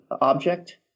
object